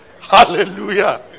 Hallelujah